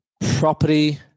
property